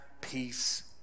peace